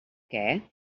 què